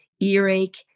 earache